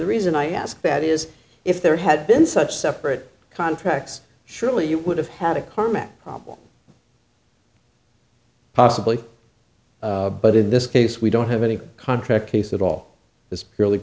the reason i ask that is if there had been such separate contracts surely you would have had a common problem possibly but in this case we don't have any contract case at all is purely